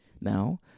Now